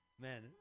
Man